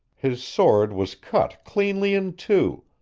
his sword was cut cleanly in two,